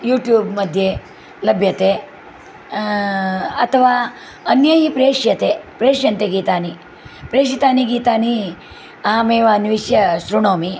YouTube मध्ये लभ्यते अथवा अन्यैः प्रष्यते प्रेष्यन्ते गीतानि प्रेषितानि गीतानि अहमेव अन्विष्य श्रुणोमि